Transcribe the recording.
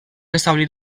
establir